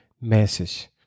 Message